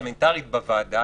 הפרלמנטרית בוועדה,